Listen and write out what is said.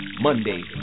Monday